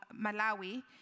Malawi